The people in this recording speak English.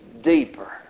deeper